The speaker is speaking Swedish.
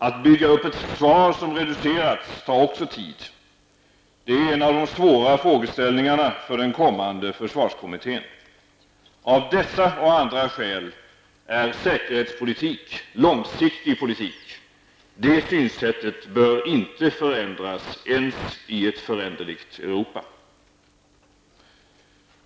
Att bygga upp ett försvar som reducerats tar också tid. Det är en av de svåra frågeställningarna för den kommande försvarskommittén. Av dessa och andra skäl är säkerhetspolitik långsiktig politik. Det synsättet bör inte förändras ens i ett föränderligt Europa.